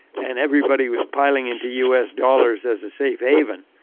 and everybody was piling into us dollars as a safe haven.